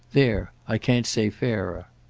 there i can't say fairer.